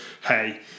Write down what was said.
hey